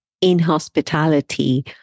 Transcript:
in-hospitality